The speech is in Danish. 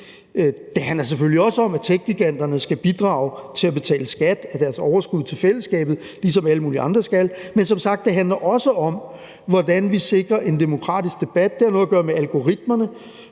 Det handler selvfølgelig også om, at techgiganterne skal bidrage til at betale skat af deres overskud til fællesskabet, ligesom alle mulige andre skal. Men det handler som sagt også om, hvordan vi sikrer en demokratisk debat. Det har noget at gøre med offentlighed